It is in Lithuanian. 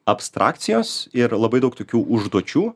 abstrakcijos ir labai daug tokių užduočių